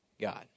God